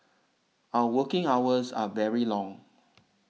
our working hours are very long